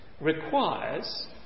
requires